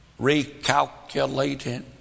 Recalculating